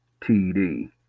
TD